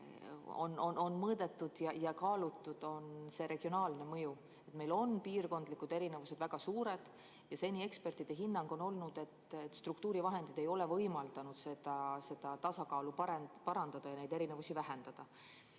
on mõõdetud ja kaalutud, on regionaalne mõju. Meil on piirkondlikud erinevused väga suured ja seni on ekspertide hinnang olnud, et struktuurivahendid ei ole võimaldanud seda tasakaalu parandada ja neid erinevusi vähendada.